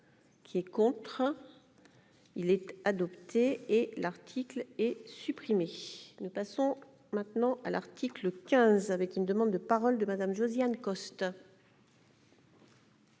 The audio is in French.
Qui est contraint, il est adopté, et l'article est supprimé, nous passons maintenant à l'article 15 avec une demande de parole de Madame Josiane Costes.